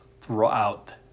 throughout